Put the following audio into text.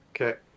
okay